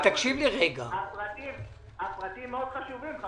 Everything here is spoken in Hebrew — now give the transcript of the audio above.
הפרטים מאוד חשובים.